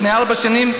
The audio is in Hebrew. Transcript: לפני ארבע שנים,